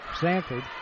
Sanford